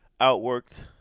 outworked